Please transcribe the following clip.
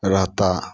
रहता